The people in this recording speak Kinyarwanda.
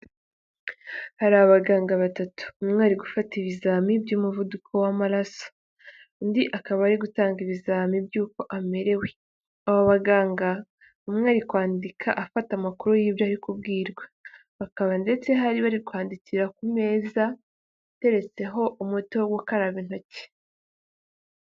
Hari abaganga batatu. Umwe ari gufata ibizamini by'umuvuduko w'amaraso. Undi akaba ari gutanga ibizami by'uko amerewe. Aba baganga umwe ari kwandika afata amakuru y'ibyo ari kubwirwa. Bakaba ndetse hari bari kwandikira ku meza, iteretseho umuti wo gukaraba intoki.